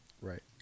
Right